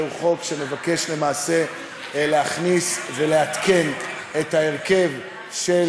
זה חוק שנועד למעשה להכניס ולעדכן את ההרכב של